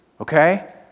okay